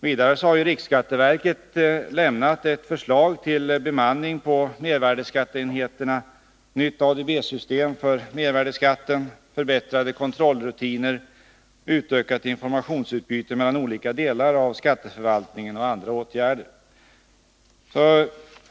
Vidare har riksskatteverket lämnat ett förslag om bemanning på mervärdeskatteenheterna, ett nytt ADB-system när det gäller mervärdeskatten, förbättrade kontrollrutiner, utökat informationsutbyte mellan olika delar av skatteförvaltningen och andra åtgärder.